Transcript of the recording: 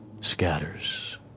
scatters